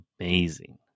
amazing